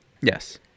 Yes